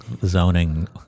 zoning